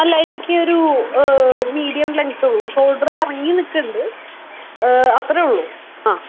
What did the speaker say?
അല്ല എനിക്കൊരു medium length ഉള്ളു ഷോൾഡർ ഇറങ്ങി നിൽക്കുന്നുണ്ട് അത്രേ ഉള്ളു അ